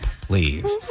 please